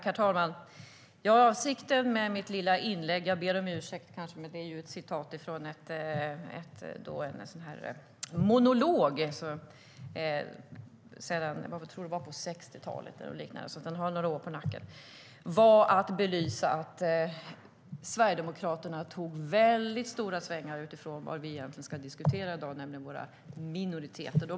Herr talman! Jag ber om ursäkt för orden, men de är från en monolog som är från 60-talet. Den har några år på nacken. Avsikten var att belysa att Sverigedemokraterna tog väldigt stora svängar utifrån vad vi egentligen ska diskutera i dag, nämligen våra minoriteter.